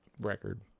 record